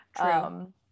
True